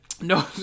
No